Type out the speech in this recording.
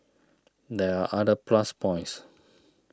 there are other plus points